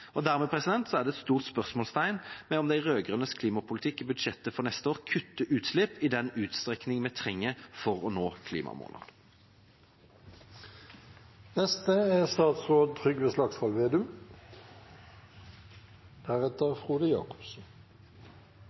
Dermed er det et stort spørsmålstegn ved om de rød-grønnes klimapolitikk i budsjettet for neste år kutter utslipp i den utstrekning vi trenger for å nå